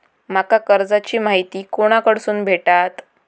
माका कर्जाची माहिती कोणाकडसून भेटात?